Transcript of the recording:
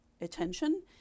attention